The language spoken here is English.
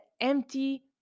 empty